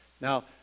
Now